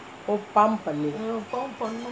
oh pump பண்ணனும்:pannanum